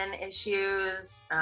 issues